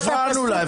אנחנו הפרענו לה.